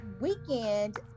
weekend